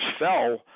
fell